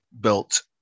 built